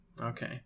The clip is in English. Okay